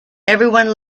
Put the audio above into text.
everyone